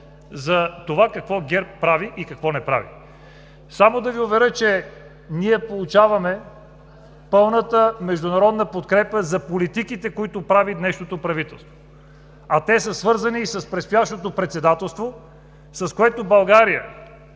за това какво ГЕРБ прави и какво не прави. Само да Ви уверя, че ние получаваме пълната международна подкрепа за политиките, които прави днешното правителство. А те са свързани и с предстоящото председателство, с което България